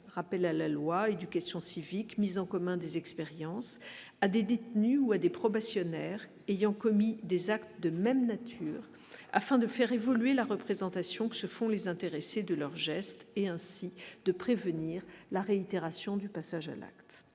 rappel à la loi, éducation civique mise en commun des expériences à des détenus ou à des probation ayant commis des actes de même nature afin de faire évoluer la représentation que se font les intéressés, de leur geste et ainsi de prévenir la réitération du passage à l'acte